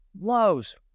loves